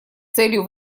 целью